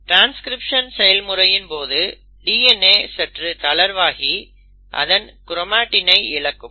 transcription செயல்முறையின் பொது DNA சற்று தளர்வாகி அதன் க்ரோமாட்டினை இழக்கும்